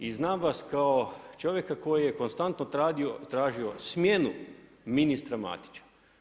I znam vas kao čovjeka koji je konstantno tražio smjenu ministra Matića.